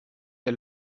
der